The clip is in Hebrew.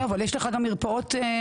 זהו אבל יש לך גם מרפאות ממשלתיות,